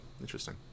Interesting